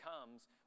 comes